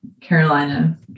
Carolina